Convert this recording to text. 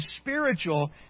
spiritual